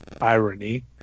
irony